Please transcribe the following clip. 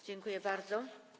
Dziękuję bardzo.